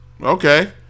Okay